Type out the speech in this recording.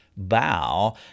bow